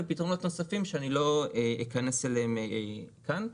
ופתרונות נוספים שלא אכנס אליהם כאן.